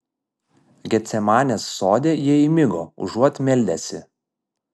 getsemanės sode jie įmigo užuot meldęsi